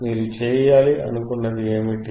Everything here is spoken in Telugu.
మీరు చేయాలి అనుకున్నది ఏమిటి